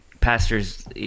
pastors